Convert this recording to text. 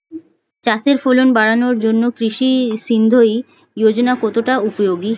চাষের ফলন বাড়ানোর জন্য কৃষি সিঞ্চয়ী যোজনা কতটা উপযোগী?